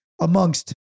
amongst